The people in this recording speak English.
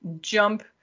jump